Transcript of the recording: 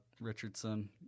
Richardson